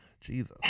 Jesus